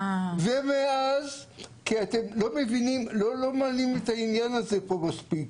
אתם לא מעלים את העניין הזה פה מספיק.